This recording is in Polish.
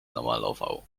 namalował